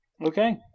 Okay